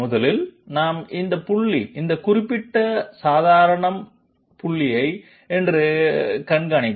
முதலில் நாம் இந்த புள்ளி இந்த குறிப்பிட்ட சாதாரண சொல்ல என்று கண்காணிக்க